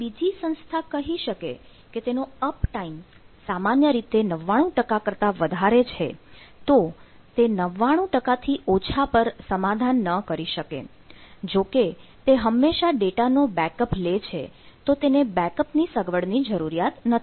કોઈ બીજી સંસ્થા કહી શકે કે તેનો અપ ટાઇમ સામાન્ય રીતે 99 કરતાં વધારે છે તો તે 99 થી ઓછા પર સમાધાન ન કરી શકે જોકે તે હંમેશા ડેટાનો બેકઅપ ની સગવડની જરૂરિયાત નથી